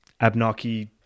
Abnaki